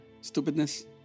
stupidness